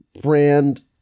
brand